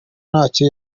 ntacyo